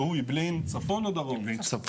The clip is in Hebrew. שהוא אעבלין צפון,